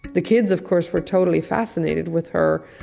the kids of course were totally fascinated with her,